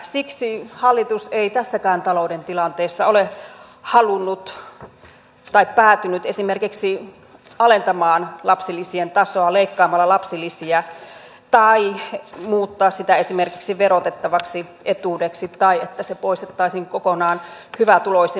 siksi hallitus ei tässäkään talouden tilanteessa ole halunnut tai päätynyt esimerkiksi alentamaan lapsilisien tasoa leikkaamalla lapsilisiä tai muuttamaan sitä esimerkiksi verotettavaksi etuudeksi tai että se poistettaisiin kokonaan hyvätuloisemmilta